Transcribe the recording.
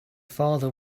father